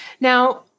Now